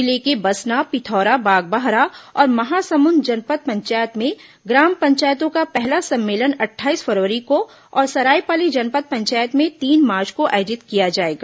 जिले के बसना पिथौरा बागबाहरा और महासमुंद जनपद पंचायत में ग्राम पंचायतों का पहला सम्मेलन अट्ठाईस फरवरी को और सरायपाली जनपद पंचायत में तीन मार्च को आयोजित किया जाएगा